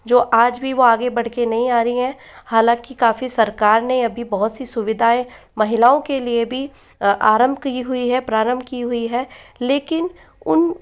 जो आज भी वो आगे बढ़ के नहीं आ रही हैं हालांकि काफ़ी सरकार ने अभी बहुत सी सुविधाएं महिलाओं के लिए भी आरंभ की हुई है प्रारंभ की हुई है लेकिन उन